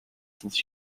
since